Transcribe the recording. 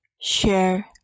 share